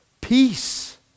peace